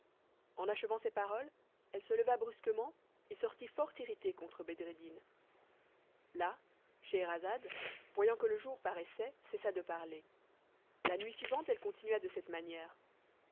en achevant ces paroles elle se leva brusquement et sortit fort irritée contre bedreddin là scheherazade voyant que le jour paraissait cessa de parler la nuit suivante elle continua de cette manière